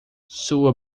sua